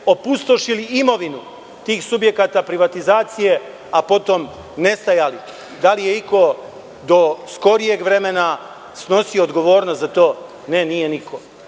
opustošili imovinu tih subjekata privatizacije, a potom nestajali. Da li je iko do skorijeg vremena snosio odgovornost za to? Ne, nije niko.